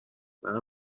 منم